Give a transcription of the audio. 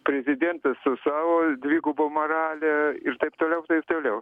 prezidentas su savo dviguba morale ir taip toliau ir taip toliau